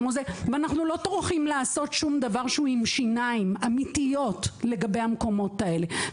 ואנחנו לא טורחים לעשות שום דבר עם שיניים אמיתיות לגבי המקומות האלה.